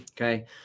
Okay